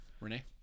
Renee